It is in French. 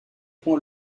point